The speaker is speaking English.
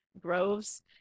Groves